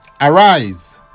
Arise